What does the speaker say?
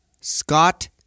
Scott